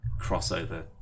crossover